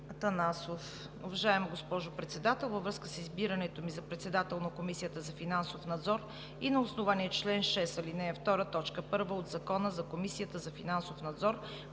Атанасов: „Уважаема госпожо Председател, във връзка с избирането ми за председател на Комисията за финансов надзор и на основание чл. 6, ал. 2, т. 1 от Закона за Комисията за финансов надзор